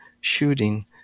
shooting